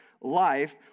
life